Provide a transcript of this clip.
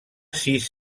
sis